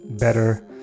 better